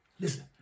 Listen